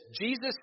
Jesus